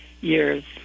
years